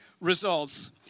results